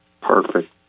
Perfect